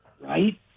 Right